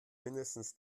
mindestens